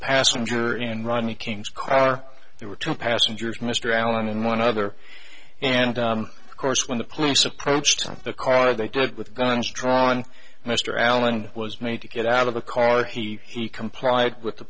passenger in ronnie king's cross there were two passengers mr allen and one other and of course when the police approached the car they did with guns drawn mr allen was made to get out of the car he he complied with the